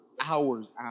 hours